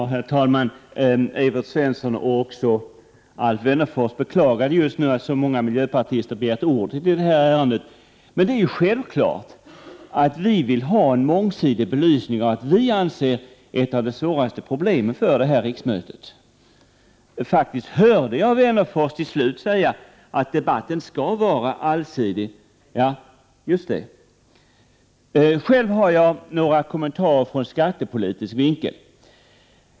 Herr talman! Evert Svensson och Alf Wennerfors beklagade nyss att så många miljöpartister begärt ordet i detta ärende. Det är ju självklart att vi vill ha en mångsidig belysning av vad vi anser vara ett av de svåraste problemen vid detta riksmöte. Faktiskt hörde jag Wennerfors till slut säga att debatten skall vara allsidig. Ja, just det. Själv har jag några korta kommentarer ur skattepolitisk synvinkel.